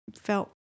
felt